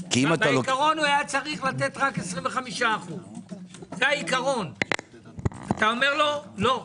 בעיקרון היה צריך לתת רק 25%. אתה אומר לו: לא,